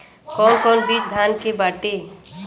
कौन कौन बिज धान के बाटे?